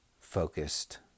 focused